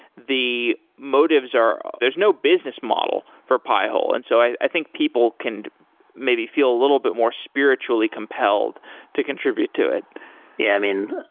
the motives are there's no business model for pi hole. and so i think people can maybe feel a little bit more spiritually compelled to contribute to it yeah. i mean,